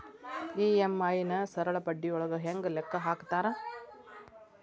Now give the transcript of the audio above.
EMI ನ ಸರಳ ಬಡ್ಡಿಯೊಳಗ ಹೆಂಗ ಲೆಕ್ಕ ಹಾಕತಾರಾ